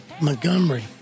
Montgomery